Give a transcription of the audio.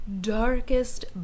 Darkest